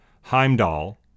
Heimdall